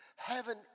Heaven